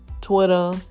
Twitter